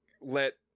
let